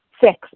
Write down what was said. Six